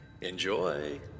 Enjoy